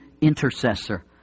intercessor